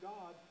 God